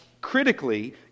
critically